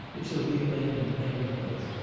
it shall be a man in plain clothes,